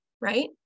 right